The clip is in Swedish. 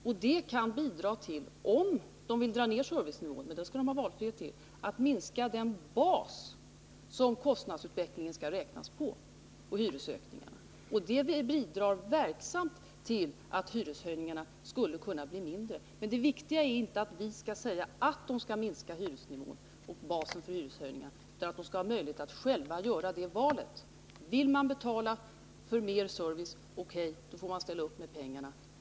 Om hyresgästerna vill sänka servicenivån — här skall valfrihet råda — skulle det kunna bidra till en minskning av den bas som man utgår från vid beräkningen av kostnadsutvecklingen och hyresökningarna, vilket i sin tur verksamt skulle kunna bidra till att hyreshöjningarna blev mindre. Men det viktiga är inte att vi skall säga att hyresnivån och basen för hyreshöjningar skall minskas, utan att hyresgästerna skall ha möjlighet att själva välja. Vill man betala för mer service — O.K., då får man ställa upp med mera pengar.